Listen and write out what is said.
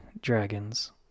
dragons